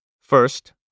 First